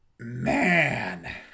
Man